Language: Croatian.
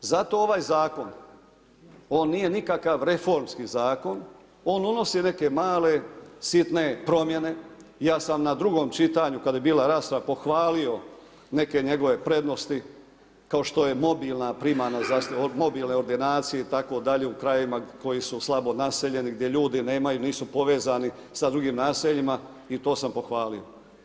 Zato ovaj zakon, on nije nikakav reformski zakon, on unosi neke male, sitne promjene, ja sam na drugom čitanju kada je bila rasprava pohvalio neke njegove prednosti kao što je mobilna primarna zdravstvena, mobilne ordinacije itd. u krajevima koji su slabo naseljeni, gdje ljudi nemaju, nisu povezani sa drugim naseljima i to sam pohvalio.